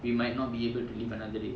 we might not be able to live another day